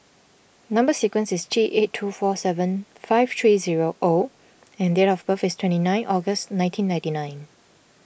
Number Sequence is T eight two four seven five three zero O and date of birth is twenty nine August nineteen ninety nine